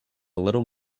little